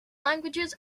languages